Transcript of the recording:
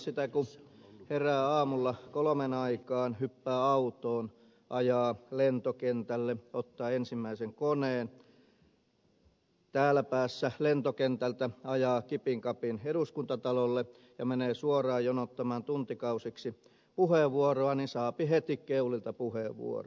sitä kun herää aamulla kolmen aikaan hyppää autoon ajaa lentokentälle ottaa ensimmäisen koneen täällä päässä lentokentältä ajaa kipin kapin eduskuntatalolle ja menee suoraan jonottamaan tuntikausiksi puheenvuoroa niin saapi heti keulilta puheenvuoron